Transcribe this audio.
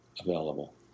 available